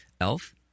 Elf